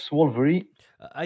Wolverine